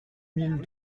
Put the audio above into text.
mille